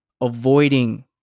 avoiding